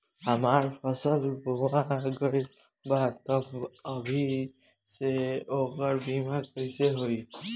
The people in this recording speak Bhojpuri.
हमार फसल बोवा गएल बा तब अभी से ओकर बीमा कइसे होई?